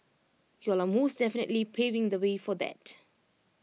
y'all are most definitely paving the way for that